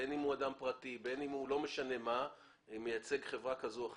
בין אם הוא אדם פרטי ובין אם הוא מייצג חברה כזו או אחרת,